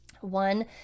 One